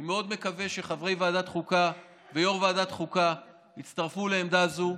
אני מאוד מקווה שחברי ועדת חוקה ויושב-ראש ועדת חוקה יצטרפו לעמדה זו,